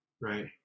Right